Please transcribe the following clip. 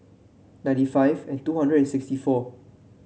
ninety five and two hundred and sixty four